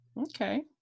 Okay